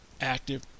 active